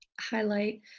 highlight